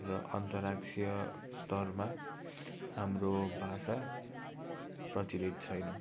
र अन्तर्राष्ट्रिय स्तरमा हाम्रो भाषा प्रचलित छैन